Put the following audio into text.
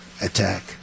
attack